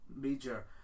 major